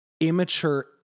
Immature